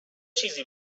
چیزی